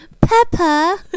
Peppa